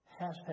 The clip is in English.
Hashtag